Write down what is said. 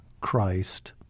Christ